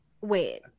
wait